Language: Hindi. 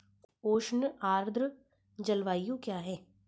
उष्ण आर्द्र जलवायु क्या है?